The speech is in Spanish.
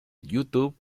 youtube